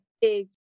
big